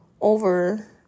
over